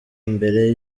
mbere